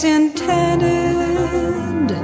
intended